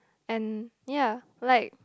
and ya like